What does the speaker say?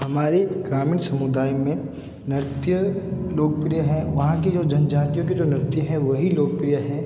हमारे ग्रामीण समुदाय में नृत्य लोकप्रिय हैं वहाँ की जो जनजातियों के जो नृत्य है वही लोकप्रिय हैं